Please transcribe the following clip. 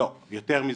לא, יותר מזה,